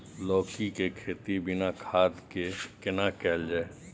लौकी के खेती बिना खाद के केना कैल जाय?